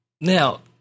Now